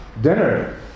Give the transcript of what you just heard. dinner